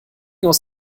aus